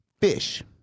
fish